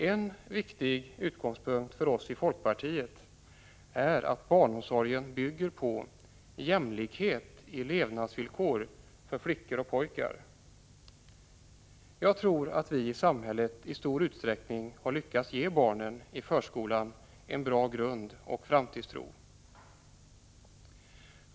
En viktig utgångspunkt för oss i folkpartiet är att barnomsorgen bygger på jämlikhet i levnadsvillkor för flickor och pojkar. Jag tror att vi i samhället i stor utsträckning har lyckats ge barnen i förskolan en bra grund och framtidstro.